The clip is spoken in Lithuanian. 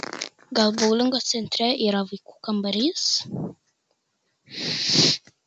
gal boulingo centre yra vaikų kambarys